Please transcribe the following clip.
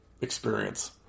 Experience